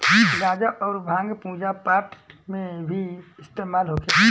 गांजा अउर भांग पूजा पाठ मे भी इस्तेमाल होखेला